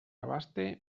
abaste